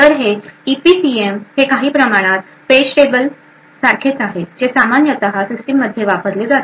तर हे ईपीसीएम हे काही प्रमाणात पेजटेबल सारखेच आहे जे सामान्यत सिस्टममध्ये वापरले जाते